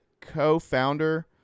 co-founder